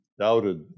doubted